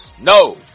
No